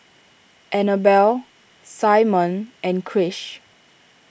Annabell Simone and Krish